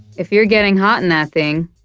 if you're getting hot in that thing,